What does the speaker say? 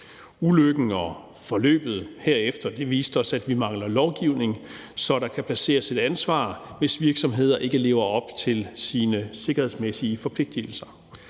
Ulykken og forløbet herefter viste os, at vi mangler lovgivning, så der kan placeres et ansvar, hvis virksomheder ikke lever op til deres sikkerhedsmæssige forpligtigelser.